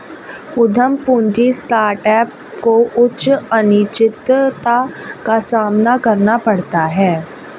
उद्यम पूंजी स्टार्टअप को उच्च अनिश्चितता का सामना करना पड़ता है